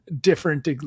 different